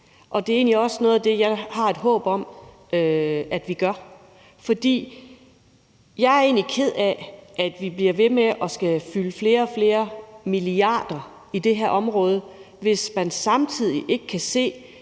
og det er egentlig også noget af det, jeg har et håb om at vi gør, for jeg er ked af, at vi bliver ved med at skulle fylde flere og flere milliarder i det her område, hvis man samtidig ikke kan se,